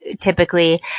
typically